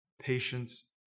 patience